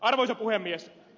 arvoisa puhemies